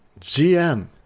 GM